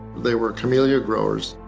they were camellia growers.